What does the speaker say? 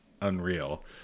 unreal